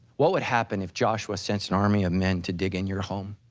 what would happen if joshua sends an army of men to dig in your home?